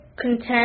contempt